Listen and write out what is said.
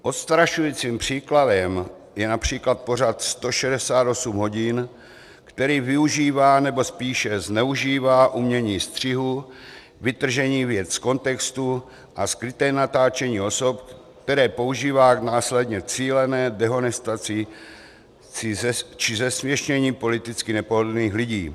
Odstrašujícím příkladem je například pořad 168 hodin, který využívá, nebo spíše zneužívá umění střihu, vytržení věci z kontextu a skryté natáčení osob, které používá následně k cílené dehonestaci či zesměšnění politicky nepohodlných lidí.